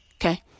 okay